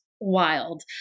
wild